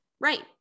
Right